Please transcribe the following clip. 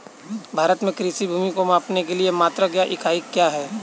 भारत में कृषि भूमि को मापने के लिए मात्रक या इकाई क्या है?